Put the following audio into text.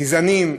גזעניים,